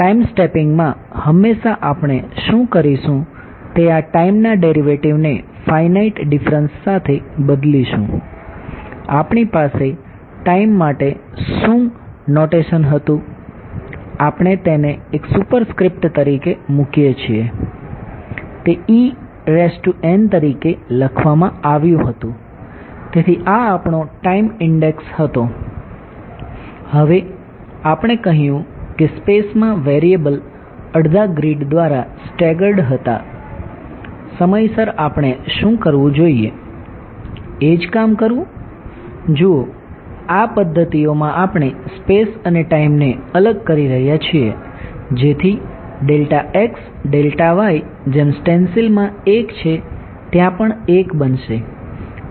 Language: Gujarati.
તેથી ટાઇમ સ્ટેપિંગમાં હંમેશા આપણે શું કરીશું તે આ ટાઈમના ડેરિવેટિવને ફાઇનાઇટ ડિફરન્સ સાથે બદલીશું આપણી પાસે ટાઈમ માટે શું નોટેશન તરીકે મૂકીએ છીએ તે તરીકે લખવામાં આવ્યું હતું તેથી આ આપણો ટાઈમ ઇંડેક્સ અને ટાઈમને અલગ કરી રહ્યા છીએ જેથી જેમ સ્ટેન્સિલ માં એક છે ત્યાં પણ એક બનશે